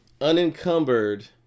unencumbered